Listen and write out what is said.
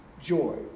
joy